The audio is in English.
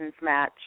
match